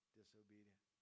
disobedient